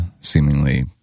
seemingly